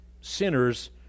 sinners